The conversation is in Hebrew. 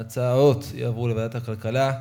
ההצעה להעביר את הנושא לוועדת הכלכלה נתקבלה.